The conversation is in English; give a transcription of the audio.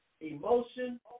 emotion